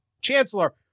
Chancellor